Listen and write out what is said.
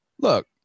look